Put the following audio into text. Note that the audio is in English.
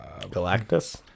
galactus